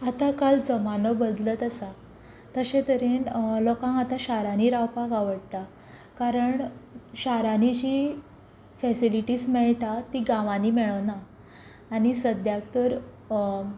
आतां काल जमानो बदलत आसा तशें तरेन लोकांक आतां शारांनी रावपाक आवडटा कारण शारांनी जी फेसिलिटीज मेळटा ती गांवांनी मेळना आनी सद्याक तर